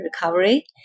recovery